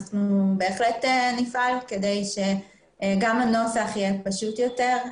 ואנחנו בהחלט נפעל כדי שגם הנוסח יהיה פשוט יותר.